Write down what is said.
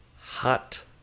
Hot